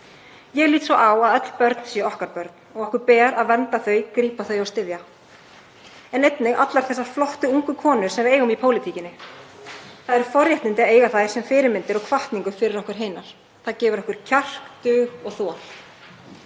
Ég lít svo á að öll börn séu okkar börn og okkur beri að vernda þau, grípa þau og styðja. Ég nefni einnig allar þessar flottu ungu konur sem við eigum í pólitíkinni en það eru forréttindi að eiga þær sem fyrirmyndir og hvatningu fyrir okkur hinar. Það gefur okkur kjark, dug og